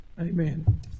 Amen